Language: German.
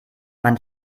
man